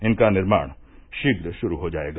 इनका निर्माण शीघ्र शुरू हो जाएगा